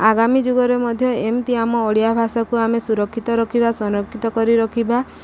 ଆଗାମୀ ଯୁଗରେ ମଧ୍ୟ ଏମିତି ଆମ ଓଡ଼ିଆ ଭାଷାକୁ ଆମେ ସୁରକ୍ଷିତ ରଖିବା ସଂରକ୍ଷିତ କରି ରଖିବା